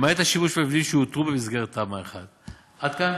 למעט השימוש והמבנים שיותרו במסגרת תמ"א 1. עד כאן?